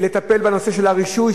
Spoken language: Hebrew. לטפל בנושא של הרישוי,